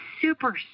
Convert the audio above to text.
super